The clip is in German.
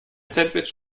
sandwich